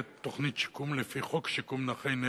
יומית שעיקר ייעודו לתת שירות שיקום בתחום התעסוקה לנכי נפש.